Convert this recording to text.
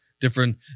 different